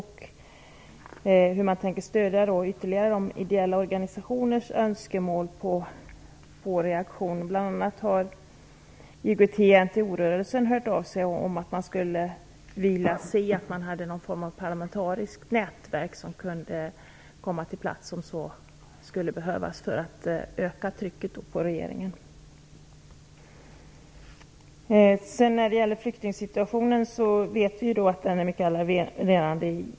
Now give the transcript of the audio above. Hur tänker man ytterligare stödja de ideella organisationernas önskemål om reaktioner? Bl.a. IOGT-NTO-rörelsen har hört av sig om att man skulle vilja se någon form av parlamentariskt nätverk som skulle kunna komma till platsen om så skulle behövas för att öka trycket på regeringen. Vi vet att flyktingsituationen är mycket alarmerande.